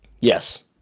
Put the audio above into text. Yes